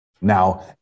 Now